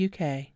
UK